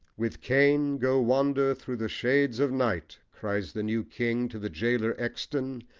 with cain go wander through the shades of night! cries the new king to the gaoler exton,